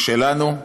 משלנו,